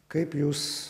kaip jūs